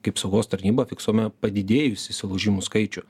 kaip saugos tarnyba fiksuojame padidėjusį įsilaužimų skaičių